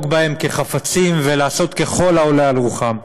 בהם כחפצים ולעשות בהם ככל העולה על רוחם.